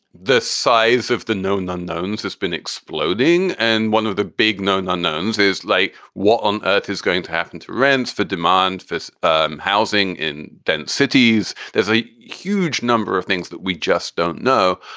the size of the known unknowns has been exploding. and one of the big known unknowns is like, what on earth is going to happen to rents for demand for so and housing in tent cities? there's a huge number of things that we just don't know.